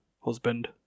husband